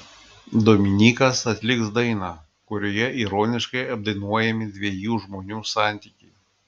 dominykas atliks dainą kurioje ironiškai apdainuojami dviejų žmonių santykiai